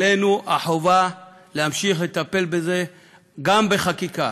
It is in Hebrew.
עלינו החובה להמשיך לטפל בזה גם בחקיקה,